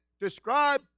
describe